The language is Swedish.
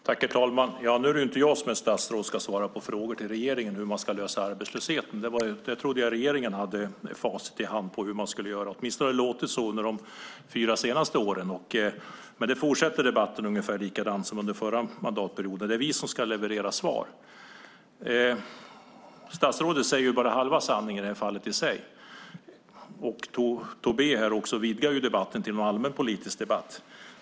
Herr talman! Det är inte jag som är statsråd och ska ge svar till regeringen på frågor om hur man ska klara arbetslösheten. Jag trodde att regeringen hade facit på hur man skulle göra det. Åtminstone har det låtit så under de fyra senaste åren. Men debatten fortsätter ungefär likadant som under förra mandatperioden: Det är vi som ska leverera svaren. Statsrådet säger i det här fallet bara halva sanningen, och Tobé vidgar debatten till en allmänpolitisk debatt.